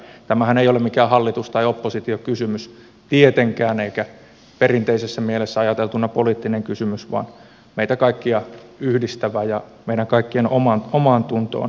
tämähän ei ole mikään hallitus tai oppositiokysymys tietenkään eikä perinteisessä mielessä ajateltuna poliittinen kysymys vaan meitä kaikkia yhdistävä ja meidän kaikkien omaantuntoon vaikuttava kysymys